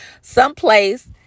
someplace